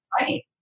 Right